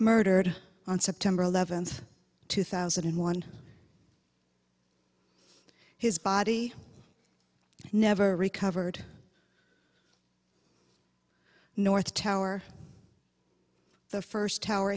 murdered on september eleventh two thousand and one his body never recovered north tower the first tower